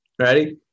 ready